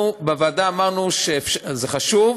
אנחנו בוועדה אמרנו שזה חשוב,